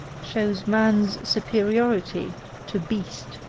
shows man's superiority to beast.